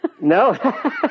No